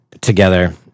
together